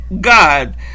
God